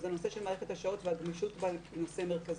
נושא של מערכת השעות והגמישות, נושא מרכזי.